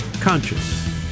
conscious